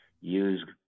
use